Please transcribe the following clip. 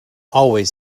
always